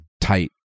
tight